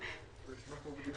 אנחנו מודים לך, אדוני המבקר.